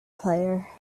player